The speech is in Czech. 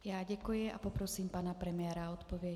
Já děkuji a poprosím pana premiéra o odpověď.